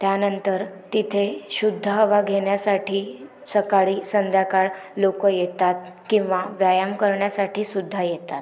त्यानंतर तिथे शुद्ध हवा घेण्यासाठी सकाळी संध्याकाळ लोक येतात किंवा व्यायाम करण्यासाठी सुद्धा येतात